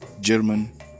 German